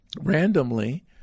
randomly